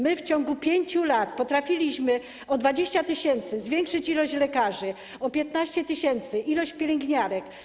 My w ciągu 5 lat potrafiliśmy o 20 tys. zwiększyć liczbę lekarzy, o 15 tys. - liczbę pielęgniarek.